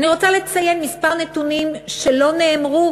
אני רוצה לציין מספר נתונים שלא נאמרו